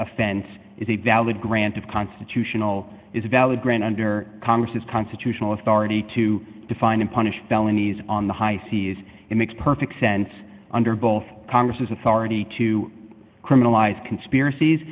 offense is a valid grant of constitutional is a valid grant under congress's constitutional authority to define and punish felonies on the high seas it makes perfect sense under both congress's authority to criminalize conspiracies